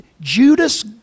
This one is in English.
Judas